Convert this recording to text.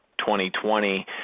2020